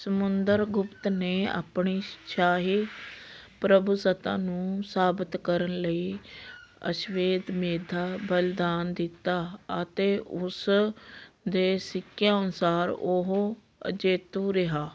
ਸਮੁੰਦਰਗੁਪਤ ਨੇ ਆਪਣੀ ਸ਼ਾਹੀ ਪ੍ਰਭੂਸੱਤਾ ਨੂੰ ਸਾਬਤ ਕਰਨ ਲਈ ਅਸ਼ਵੇਧਮੇਧਾ ਬਲੀਦਾਨ ਦਿੱਤਾ ਅਤੇ ਉਸ ਦੇ ਸਿੱਕਿਆਂ ਅਨੁਸਾਰ ਉਹ ਅਜੇਤੂ ਰਿਹਾ